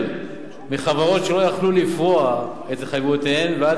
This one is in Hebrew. מחברות שלא היו יכולות לפרוע את חובותיהן ועד